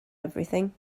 everything